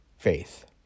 faith